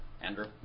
Andrew